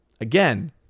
Again